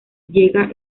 llega